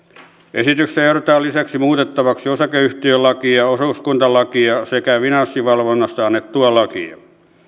esityksessä ehdotetaan lisäksi muutettavaksi osakeyhtiölakia ja osuuskuntalakia sekä finanssivalvonnasta annettua lakia